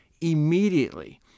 Immediately